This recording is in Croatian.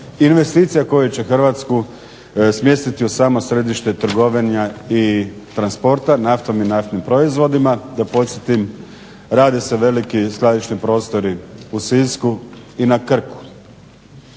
investicija koje će Hrvatsku smjestiti u samo središte trgovanja i transporta naftom i naftnim proizvodima. Da podsjetim, radi se veliki skladišni prostori u Sisku i na Krku.